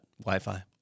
Wi-Fi